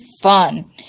fun